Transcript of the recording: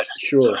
Sure